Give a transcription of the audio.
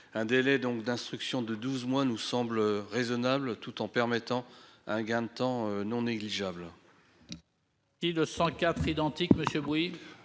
Un délai d'instruction de douze mois semble raisonnable, tout en permettant un gain de temps non négligeable.